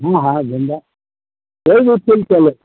हाँ हाँ गेंदा कोई भी फूल चले